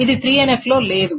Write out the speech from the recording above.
ఇది 3NF లో లేదు